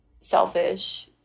selfish